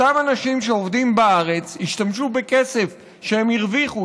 אותם אנשים שעובדים בארץ השתמשו בכסף שהם הרוויחו,